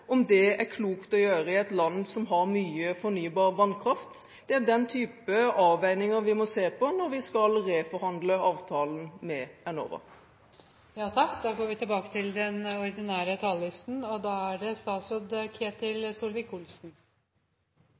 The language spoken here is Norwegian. Om det er klokt å gjøre i et land som har mye fornybar vannkraft, er den type avveininger vi må se på når vi skal reforhandle avtalen med Enova. Jeg vil begynne med å takke Kristelig Folkeparti og Venstre for å ha fått til